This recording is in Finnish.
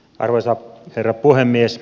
arvoisa herra puhemies